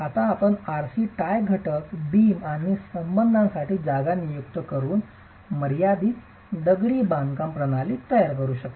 आता आपण RC tie घटक बीम आणि स्तंभांसाठी जागा नियुक्त करून मर्यादित दगडी बांधकाम प्रणाली तयार करू शकता